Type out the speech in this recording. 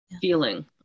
feeling